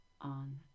on